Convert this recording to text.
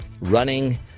running